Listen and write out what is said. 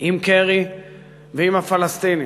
עם קרי ועם הפלסטינים,